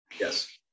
Yes